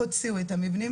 הוציאו את המבנים